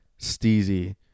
steezy